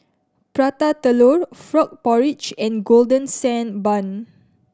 Prata Telur frog porridge and Golden Sand Bun